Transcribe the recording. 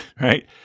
right